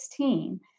2016